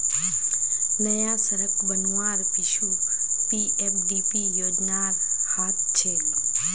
नया सड़क बनवार पीछू पीएफडीपी योजनार हाथ छेक